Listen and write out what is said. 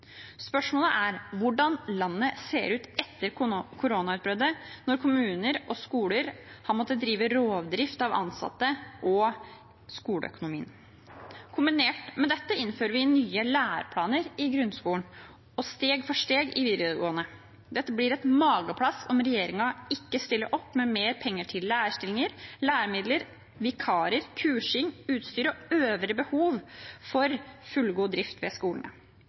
Spørsmålet er hvordan landet ser ut etter koronautbruddet, når kommuner og skoler har måttet drive rovdrift på ansatte og skoleøkonomi. Kombinert med dette innfører vi nye læreplaner i grunnskolen og steg for steg i videregående. Dette blir et mageplask om regjeringen ikke stiller opp med mer penger til lærerstillinger, læremidler, vikarer, kursing, utstyr og øvrig behov for fullgod drift ved skolene.